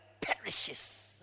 Perishes